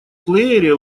плеере